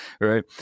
right